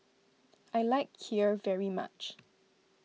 I like Kheer very much